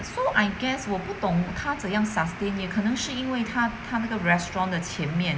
so I guess 我不懂它怎样 sustain 也可能是因为它它那个 restaurant 的前面